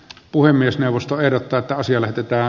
puhemiesneuvosto ehdottaa että asia lähetetään